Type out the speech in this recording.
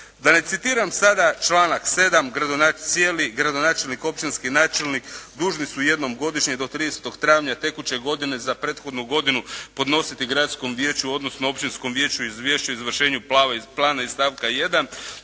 Da ne citiram sada članak 7. cijeli, gradonačelnik, općinski načelnik dužni su jednom godišnje do 30. travnja tekuće godine za prethodnu godinu podnositi gradskom vijeću, odnosno općinskom vijeću izvješće o izvršenju plana iz stavka 1.,